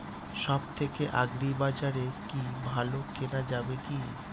সব থেকে আগ্রিবাজারে কি ভালো কেনা যাবে কি?